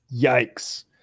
Yikes